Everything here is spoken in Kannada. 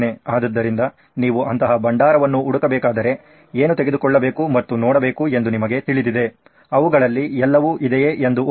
ಆದ್ದರಿಂದ ನೀವು ಅಂತಹ ಭಂಡಾರವನ್ನು ಹುಡುಕಬೇಕಾದರೆ ಏನು ತೆಗೆದುಕೊಳ್ಳಬೇಕು ಮತ್ತು ನೋಡಬೇಕು ಎಂದು ನಿಮಗೆ ತಿಳಿದಿದೆ ಅವುಗಳಲ್ಲಿ ಎಲ್ಲವೂ ಇದೆಯೇ ಎಂದು ಹೋಲಿಸಿ